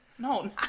No